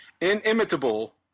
inimitable